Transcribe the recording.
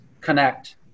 connect